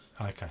Okay